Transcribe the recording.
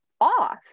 off